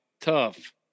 tough